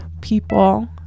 people